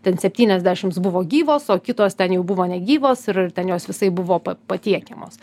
ten septyniasdešims buvo gyvos o kitos ten jau buvo negyvos ir ten jos visaip buvo pa patiekiamos